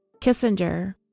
Kissinger